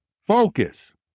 focus